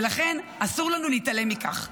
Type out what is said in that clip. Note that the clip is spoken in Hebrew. ולכן אסור לנו להתעלם מכך.